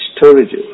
storages